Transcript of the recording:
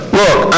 look